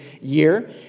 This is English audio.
year